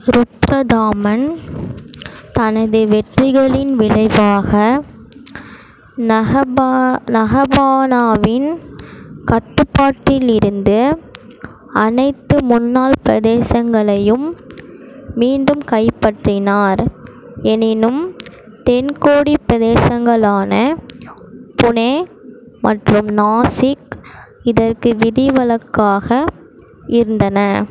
ருத்ரதாமன் தனது வெற்றிகளின் விளைவாக நஹபா நஹபானாவின் கட்டுப்பாட்டிலிருந்த அனைத்து முன்னாள் பிரதேசங்களையும் மீண்டும் கைப்பற்றினார் எனினும் தென்கோடிப் பிரதேசங்களான புனே மற்றும் நாசிக் இதற்கு விதிவிலக்காக இருந்தன